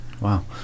Wow